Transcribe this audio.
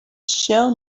show